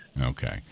Okay